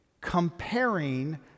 comparing